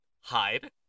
hide